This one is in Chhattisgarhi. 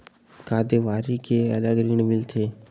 का देवारी के अलग ऋण मिलथे?